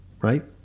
right